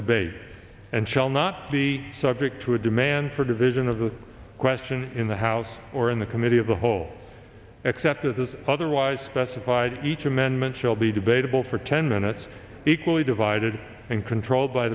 debate and shall not be subject to a demand for division of the question in the house or in the committee of the whole except as is otherwise specified each amendment shall be debatable for ten minutes equally divided and controlled by